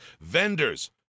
Vendors